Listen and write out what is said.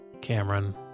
Cameron